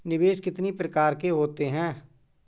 निवेश कितनी प्रकार के होते हैं?